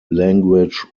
language